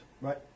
Right